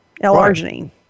L-arginine